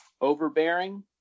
overbearing